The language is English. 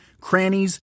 crannies